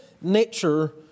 nature